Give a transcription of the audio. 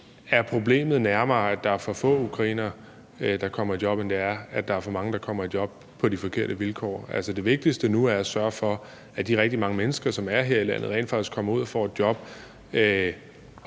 er problemet nærmere, at der er for få ukrainere, der kommer i job, end det er, at der er for mange, der kommer i job på de forkerte vilkår. Altså, det vigtigste nu er at sørge for, at de rigtig mange mennesker, som er her i landet, rent faktisk kommer ud og får et job.